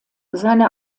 seine